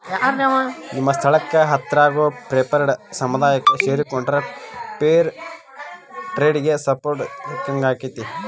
ನಿಮ್ಮ ಸ್ಥಳಕ್ಕ ಹತ್ರಾಗೋ ಫೇರ್ಟ್ರೇಡ್ ಸಮುದಾಯಕ್ಕ ಸೇರಿಕೊಂಡ್ರ ಫೇರ್ ಟ್ರೇಡಿಗೆ ಸಪೋರ್ಟ್ ಸಿಕ್ಕಂಗಾಕ್ಕೆತಿ